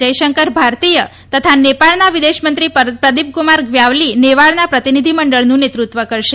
જયશંકર ભારતીય તથા નેપાળના વિદેશમંત્રી પ્રદીપકુમાર ગ્યાવલી નેપાળના પ્રતિનિધિમંડળનું નેતૃત્વ કરશે